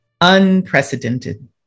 Unprecedented